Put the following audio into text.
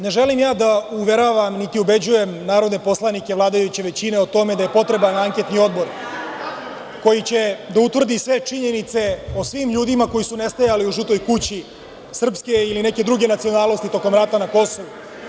Ne želim ja da uveravam niti ubeđujem narodne poslanike vladajuće većine o tome da je potreban anketni odbor koji će da utvrdi sve činjenice o svim ljudima koji su nestajali u „Žutoj kući“, srpske ili neke druge nacionalnosti, tokom rata na Kosovu.